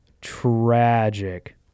tragic